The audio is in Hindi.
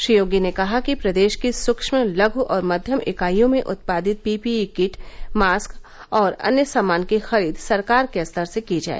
श्री योगी ने कहा कि प्रदेश की सूक्ष्म लघु और मध्यम इकाइयों में उत्पादित पीपीई किट मास्क और अन्य सामान की खरीद सरकार के स्तर से की जाए